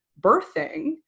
birthing